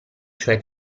cioè